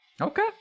Okay